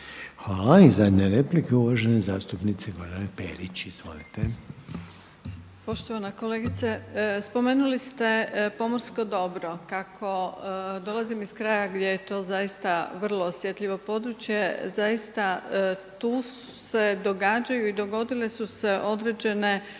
I zadnja replika uvažene zastupnice Grozdane Perić. Izvolite. **Perić, Grozdana (HDZ)** Poštovana kolegice. Spomenuli ste pomorsko dobro, kako dolazim iz kraja gdje je to zaista vrlo osjetljivo područje, zaista tu se događaju i dogodile su se određene anomalije